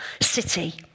city